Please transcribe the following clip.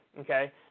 okay